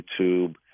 YouTube